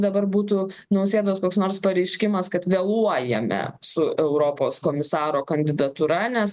dabar būtų nausėdos koks nors pareiškimas kad vėluojame su europos komisaro kandidatūra nes